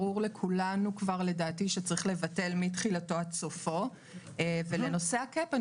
ברור לכולנו כבר לדעתי שצריך לבטל מתחילתו ועד סופו ולנושא הקאפ,